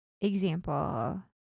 example